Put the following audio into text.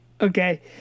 Okay